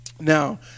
Now